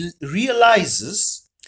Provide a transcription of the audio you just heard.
realizes